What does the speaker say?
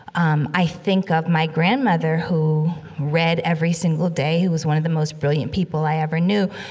um, i think of my grandmother, who read every single day, who was one of the most brilliant people i ever knew,